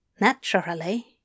naturally